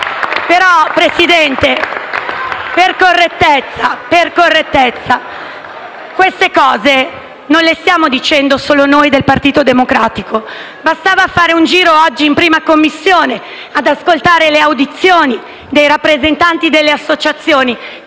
Però Presidente, per correttezza, queste cose non le stiamo dicendo solo noi del Partito Democratico: bastava fare un giro oggi in 1a Commissione ad ascoltare le audizioni dei rappresentanti delle associazioni